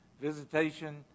visitation